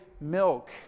milk